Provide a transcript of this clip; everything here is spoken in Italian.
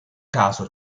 caso